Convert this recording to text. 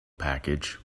package